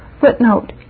Footnote